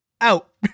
Out